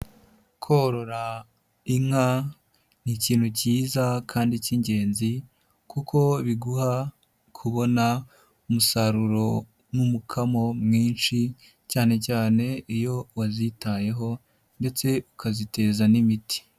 Korora inka, ni ikintu cyiza kandi cy'ingenzi kuko biguha kubona umusaruro nk'umukamo mwinshi, cyane cyane iyo wazitayeho ndetse ukaziteza n'imiti.